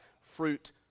fruit